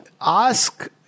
ask